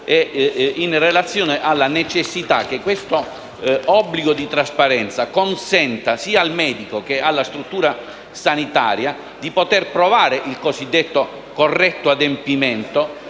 in relazione alla necessità che l'obbligo di trasparenza consenta sia al medico che alla struttura sanitaria di poter provare il cosiddetto corretto adempimento